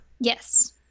Yes